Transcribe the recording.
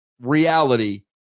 reality